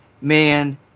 man